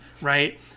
right